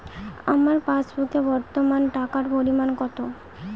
আমার পাসবুকে বর্তমান টাকার পরিমাণ কত?